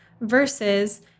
Versus